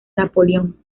napoleón